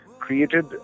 created